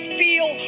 feel